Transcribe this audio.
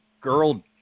Girl